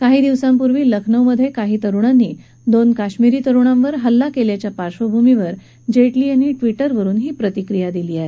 काही दिवसांपूर्वी लखनौमध्ये काही तरुणांनी दोन काश्मीरी तरुणांवर हल्ला केल्याच्या पार्श्वभूमीवर जेटली यांनी ट्विटरवरुन आपली प्रतिक्रिया दिली आहे